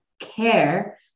Care